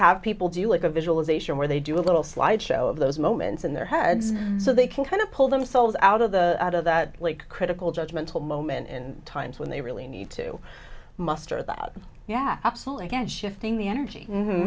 have people do like a visualization where they do a little slide show of those moments in their heads so they can kind of pull themselves out of the out of that like critical judgment moment in time when they really need to muster that yeah absolutely get shifting the energy